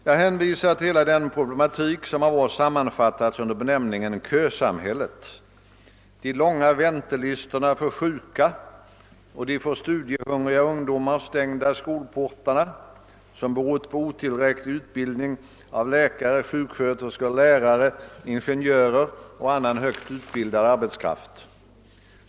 Jag hänvisar till hela den problematik som av oss sammanfattats under benämningen kösamhälle: de långa väntelistorna för sjuka och de för studiehungriga ungdomar stängda skolportarna som berott på otillräcklig utbildning av läka re, sjuksköterskor, lärare, ingenjörer och annan högt utbildad arbetskraft.